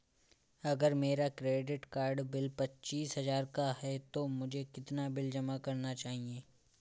अगर मेरा credit card bill पच्चीस हजार का है तो मुझे कितना बिल जमा करना चाहिए?